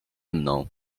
mną